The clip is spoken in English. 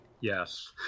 yes